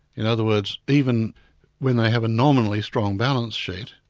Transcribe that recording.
in other words, even when they have a nominally strong balance sheet,